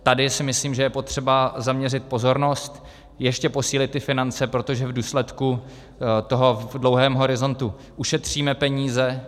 Tady si myslím, že je potřeba zaměřit pozornost, ještě posílit ty finance, protože v důsledku toho v dlouhém horizontu ušetříme peníze.